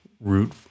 root